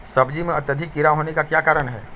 सब्जी में अत्यधिक कीड़ा होने का क्या कारण हैं?